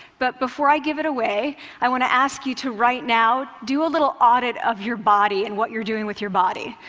but before i give it away, i want to ask you to right now do a little audit of your body and what you're doing with your body.